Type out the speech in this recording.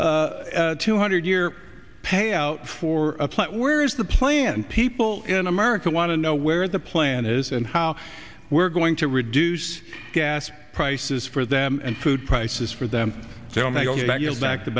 two hundred year payout for a plan where is the plan people in america want to know where the plan is and how we're going to reduce gas prices for them and food prices for them so may go back